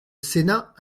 sénat